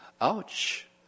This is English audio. Ouch